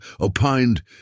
opined